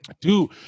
dude